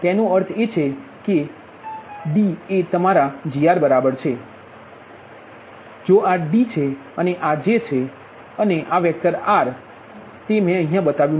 તેનો અર્થ છે કે D એ તમારા J R બરાબર છે લખી શકાય છે જો આ D છે આ J છે અને આ વેક્ટર R તે બતાવ્યું નથી